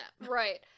Right